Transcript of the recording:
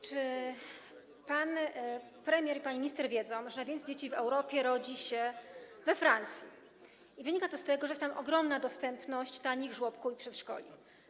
Czy pan premier i pani minister wiedzą, że najwięcej dzieci w Europie rodzi się we Francji i wynika to z tego, że jest tam ogromna dostępność tanich żłobków i przedszkoli?